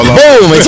boom